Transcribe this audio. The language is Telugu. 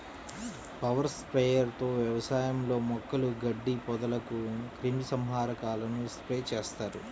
పవర్ స్ప్రేయర్ తో వ్యవసాయంలో మొక్కలు, గడ్డి, పొదలకు క్రిమి సంహారకాలను స్ప్రే చేస్తారు